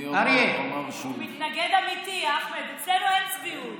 הוא מתנגד אמיתי, אחמד, אצלנו אין צביעות.